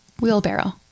wheelbarrow